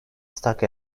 stuck